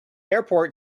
airport